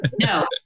no